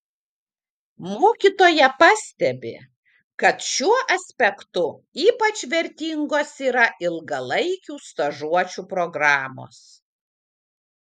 mokytoja pastebi kad šiuo aspektu ypač vertingos yra ilgalaikių stažuočių programos